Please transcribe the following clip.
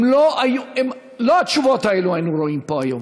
לא את התשובות האלה היינו רואים פה היום.